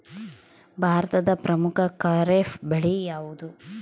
ಭಾರತದ ಪ್ರಮುಖ ಖಾರೇಫ್ ಬೆಳೆ ಯಾವುದು?